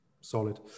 Solid